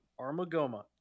Armagoma